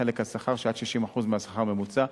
חלק השכר שעד 60% מהשכר הממוצע.